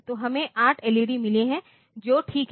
तो हमें 8 एलईडी मिले हैं जो ठीक है